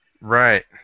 Right